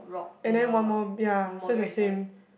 and then one more ya so it's the same